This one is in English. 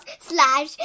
slash